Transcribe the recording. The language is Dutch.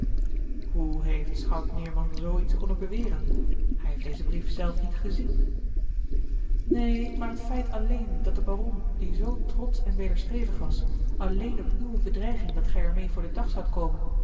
hoe heeft schout meerman zoo iets konnen beweren hij heeft dezen brief zelf niet gezien neen maar het feit alleen dat de baron die zoo trotsch en wederstrevig was alleen op uwe bedreiging dat gij er meê voor den dag zoudt komen